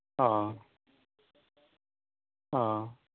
অ' অ'